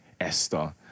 esther